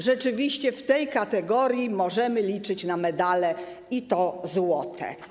Rzeczywiście w tej kategorii możemy liczyć na medale i to złote.